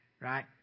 right